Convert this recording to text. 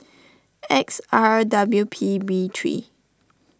X R W P B three